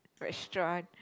restaurant